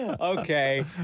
Okay